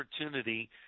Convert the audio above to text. opportunity